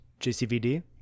JCVD